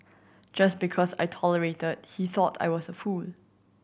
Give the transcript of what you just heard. just because I tolerated he thought I was a fool